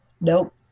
Nope